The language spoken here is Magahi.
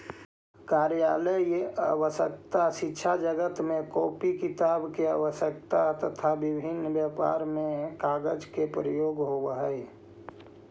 कार्यालयीय आवश्यकता, शिक्षाजगत में कॉपी किताब के आवश्यकता, तथा विभिन्न व्यापार में कागज के प्रयोग होवऽ हई